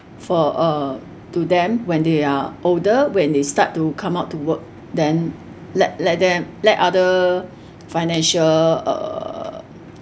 for uh to them when they are older when they start to come out to work then let let them let other financial eh